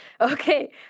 okay